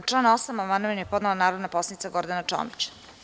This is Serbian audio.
Na član 8. amandman je podnela narodna poslanica Gordana Čomić.